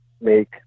make